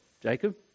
Jacob